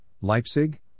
Leipzig